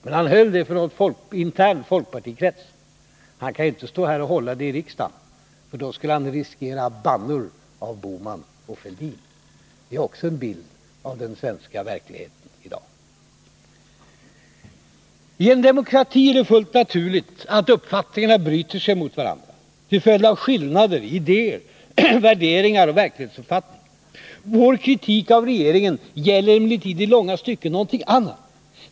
Men han höll det för en intern folkpartikrets. Han kan inte hålla det här i riksdagen, för då skulle han riskera att få bannor av Bohman och Fälldin. Det är också en bild av den svenska verkligheten i dag. I en demokrati är det fullt naturligt att uppfattningarna bryter sig mot varandra till följd av skillnader i idéer, värderingar och verklighetsuppfattning. Vår kritik av regeringen gäller emellertid i långa stycken någonting annat.